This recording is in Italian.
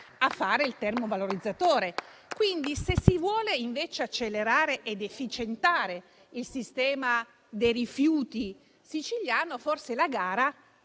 a fare il termovalorizzatore. Quindi, se si vuole accelerare ed efficientare il sistema dei rifiuti siciliano, forse la gara,